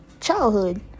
childhood